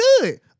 good